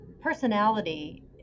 personality